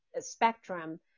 spectrum